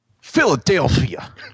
Philadelphia